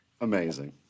Amazing